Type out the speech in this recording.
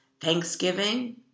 Thanksgiving